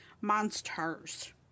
monsters